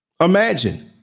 Imagine